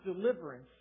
deliverance